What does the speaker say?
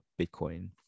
Bitcoin